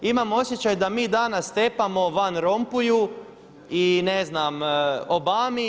Imam osjećaj da mi danas tepamo Van Rompuyu i ne znam Obami itd.